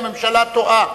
הממשלה טועה,